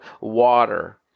water